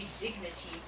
dignity